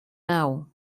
now